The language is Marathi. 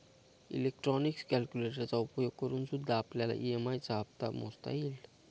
इलेक्ट्रॉनिक कैलकुलेटरचा उपयोग करूनसुद्धा आपल्याला ई.एम.आई चा हप्ता मोजता येईल